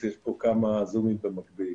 אני בכמה "זומים" במקביל.